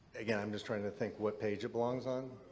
again, i'm just trying to think what page it belongs on.